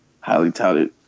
highly-touted